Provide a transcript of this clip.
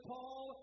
Paul